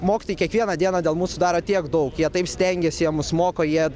mokytojai kiekvieną dieną dėl mūsų daro tiek daug jie taip stengiasi jie mus moko jie